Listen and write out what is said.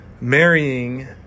marrying